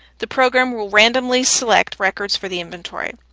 the program will randomly select records for the inventory.